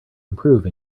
improve